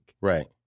Right